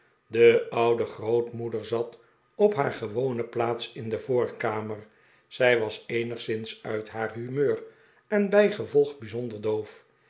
de oude grootmoeder zat op haar gewone plaats in de voorkamer zij was eenigszins uit haar humeur en bijgevolg bijzonder do